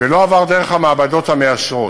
ולא עבר דרך המעבדות המאשרות.